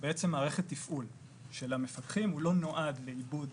מערכת תפעול של המפקחים, הוא לא נועד לעיבוד